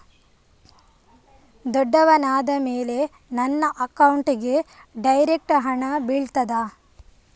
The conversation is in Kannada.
ದೊಡ್ಡವನಾದ ಮೇಲೆ ನನ್ನ ಅಕೌಂಟ್ಗೆ ಡೈರೆಕ್ಟ್ ಹಣ ಬೀಳ್ತದಾ?